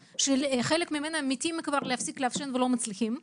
שחלק ממנה מתים להפסיק לעשן ולא מצליחים,